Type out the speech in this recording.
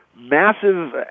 massive